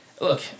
look